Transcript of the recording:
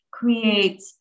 create